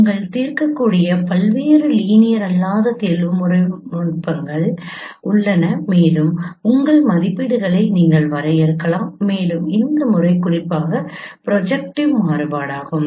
நீங்கள் தீர்க்கக்கூடிய பல்வேறு லீனியர் அல்லாத தேர்வுமுறை நுட்பங்கள் உள்ளன மேலும் உங்கள் மதிப்பீடுகளை நீங்கள் வரையறுக்கலாம் மேலும் இந்த முறை குறிப்பாக ப்ரொஜெக்ட்டிவ் மாறுபாடாகும்